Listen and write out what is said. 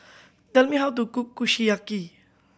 tell me how to cook Kushiyaki